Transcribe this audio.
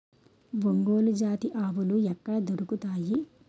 ఒంగోలు జాతి ఆవులు ఎక్కడ దొరుకుతాయి?